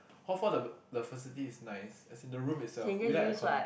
hall four the the facilities is nice as in the room itself without aircon